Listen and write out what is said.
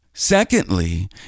Secondly